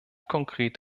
konkret